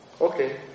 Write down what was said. Okay